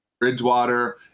Bridgewater